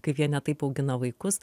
kaip jie ne taip augina vaikus